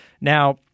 now